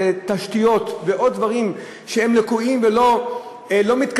בגלל תשתיות ועוד דברים שהם לקויים ולא מתקדמים,